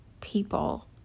people